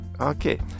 Okay